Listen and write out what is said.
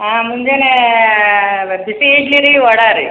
ಹಾಂ ಮುಂಜಾನೆ ಬಿಸಿ ಇಡ್ಲಿ ರೀ ವಡಾ ರೀ